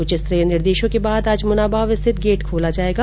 उच्च स्तरीय निर्देशों के बाद आज मुनाबाव स्थित गेट खोला जायेगा